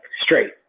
straight